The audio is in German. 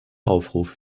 aufruf